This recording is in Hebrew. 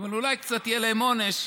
אבל אולי קצת יהיה להם עונש,